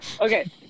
okay